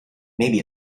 maybe